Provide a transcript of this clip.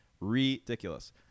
ridiculous